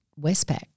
Westpac